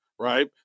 Right